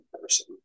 person